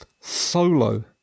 solo